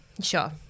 Sure